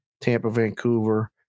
Tampa-Vancouver